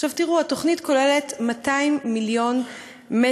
עכשיו תראו, התוכנית כוללת 200 מיליון מ"ק,